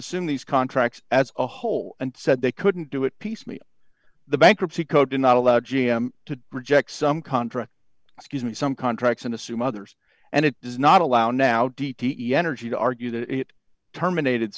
assume these contracts as a whole and said they couldn't do it piecemeal the bankruptcy code to not allow g m to reject some contract excuse me some contracts and assume others and it does not allow now d t e energy to argue that it terminated